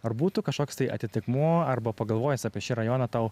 ar būtų kažkoks tai atitikmuo arba pagalvojus apie šį rajoną tau